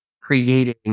creating